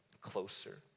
closer